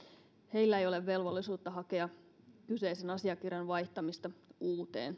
heillä ei ole velvollisuutta hakea kyseisen asiakirjan vaihtamista uuteen